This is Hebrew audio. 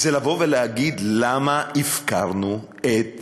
זה לבוא ולהגיד: למה הפקרנו את